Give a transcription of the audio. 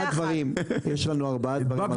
יש לנו ארבעה אתגרים.